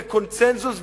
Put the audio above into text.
בקונסנזוס,